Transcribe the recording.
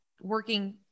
working